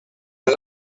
les